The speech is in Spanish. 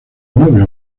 novio